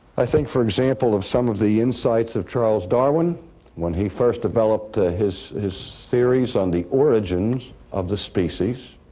i think, for example, of some of the insights of charles darwin when he first developed ah his his theories on the origins of the species,